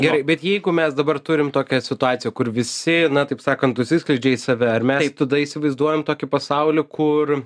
gerai bet jeigu mes dabar turim tokią situaciją kur visi na taip sakant užsiskleidžia į save ar mes tada įsivaizduojam tokį pasaulį kur